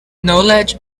knowledge